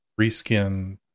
reskin